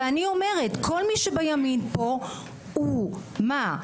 ואני אומרת, כל מי שבימין פה הוא מה?